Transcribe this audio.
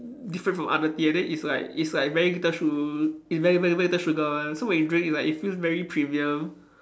different from other tea and then it's like it's like very little su~ it's very very very little sugar one so when you drink it's like it feels very premium